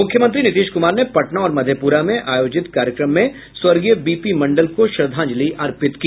मुख्यमंत्री नीतीश कुमार ने पटना और मधेपुरा में आयोजित कार्यक्रम में स्वर्गीय बीपी मंडल को श्रद्धांजलि अर्पित की